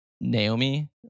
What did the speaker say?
Naomi